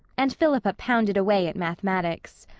and philippa pounded away at mathematics.